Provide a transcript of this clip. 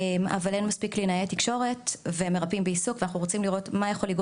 אבל אנחנו יודעים שאין מספיק קלינאי תקשורת ואין מספיק ריפוי ועיסוק אז